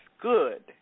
good